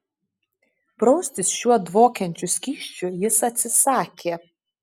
praustis šiuo dvokiančiu skysčiu jis atsisakė